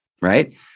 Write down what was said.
right